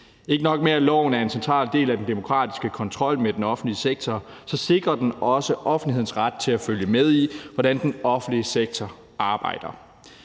Ikke nok med, at loven er en central del af den demokratiske kontrol med den offentlige sektor, men den sikrer også offentlighedens ret til at følge med i, hvordan den offentlige sektor arbejder.